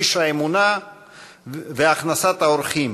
איש האמונה והכנסת האורחים,